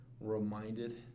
reminded